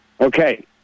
Okay